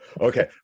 Okay